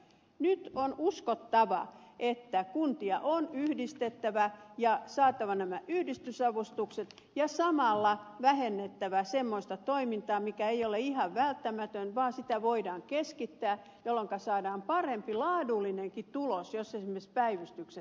nyt on uskottava että kuntia on yhdistettävä ja käytettävä nämä yhdistymisavustukset ja samalla vähennettävä semmoista toimintaa joka ei ole ihan välttämätöntä vaan jota voidaan keskittää jolloinka saadaan parempi laadullinenkin tulos jos esimerkiksi päivystykset keskitetään